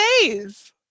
days